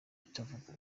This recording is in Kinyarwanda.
bitavugwa